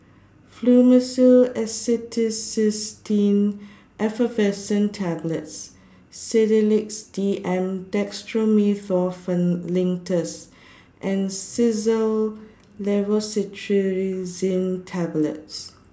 Fluimucil Acetylcysteine Effervescent Tablets Sedilix D M Dextromethorphan Linctus and Xyzal Levocetirizine Tablets